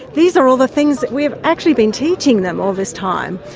these are all the things that we've actually been teaching them all this time.